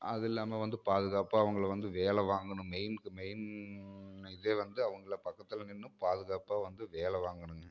அது இல்லாமல் வந்து பாதுகாப்பாக அவங்கள வந்து வேலை வாங்கணும் மெயினுக்கு மெயின்னு இதே வந்து அவங்கள பக்கத்தில் நின்று பாதுகாப்பாக வந்து வேலை வாங்கணும்ங்க